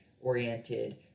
oriented